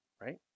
Right